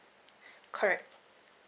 correct